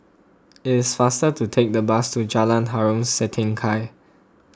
it is faster to take the bus to Jalan Harom Setangkai